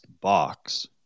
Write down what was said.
box